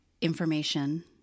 information